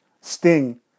sting